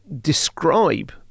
describe